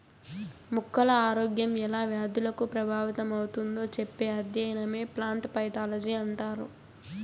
మొక్కల ఆరోగ్యం ఎలా వ్యాధులకు ప్రభావితమవుతుందో చెప్పే అధ్యయనమే ప్లాంట్ పైతాలజీ అంటారు